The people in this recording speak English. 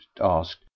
asked